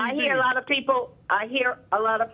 i hear a lot of people i hear a lot of